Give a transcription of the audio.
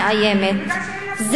שזה לא "חמאס" שמאיימת,